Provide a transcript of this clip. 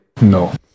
No